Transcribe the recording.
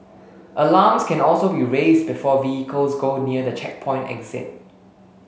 alarms can also be raised before vehicles go near the checkpoint exit